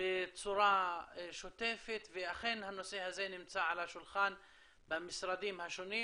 בצורה שוטפת ואכן הנושא הזה נמצא על השולחן במשרדים השונים.